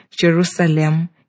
Jerusalem